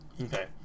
Okay